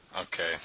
Okay